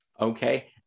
Okay